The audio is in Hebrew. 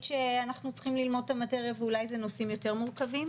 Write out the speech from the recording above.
שאנחנו צריכים ללמוד את המטריה ואולי זה נושאים יותר מורכבים,